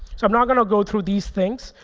so i'm not going to go through these things,